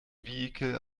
vehikel